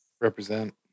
Represent